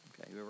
Okay